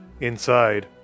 Inside